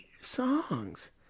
songs